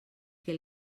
que